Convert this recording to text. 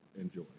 enjoy